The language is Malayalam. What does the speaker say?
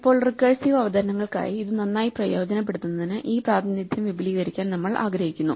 ഇപ്പോൾ റിക്കേഴ്സീവ് അവതരണങ്ങൾക്കായി ഇത് നന്നായി പ്രയോജനപ്പെടുത്തുന്നതിന് ഈ പ്രാതിനിധ്യം വിപുലീകരിക്കാൻ നമ്മൾ ആഗ്രഹിക്കുന്നു